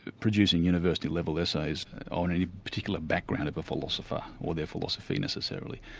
producing university level essays on any particular background of a philosopher or their philosophy necessarily,